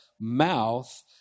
mouth